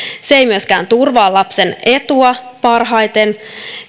se ei myöskään turvaa lapsen etua parhaiten